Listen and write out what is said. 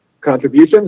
contributions